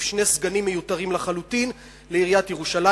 שני סגנים מיותרים לחלוטין לעיריית ירושלים.